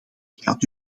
gaat